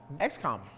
XCOM